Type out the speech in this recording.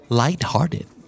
light-hearted